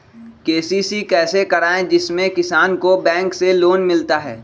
KCC कैसे कराये जिसमे किसान को बैंक से लोन मिलता है?